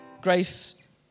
grace